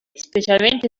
specialmente